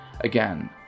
again